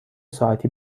ساعتی